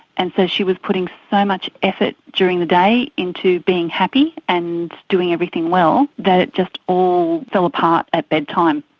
and so she was putting so much effort during the day into being happy and doing everything well that it just all fell apart at bedtime.